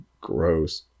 Gross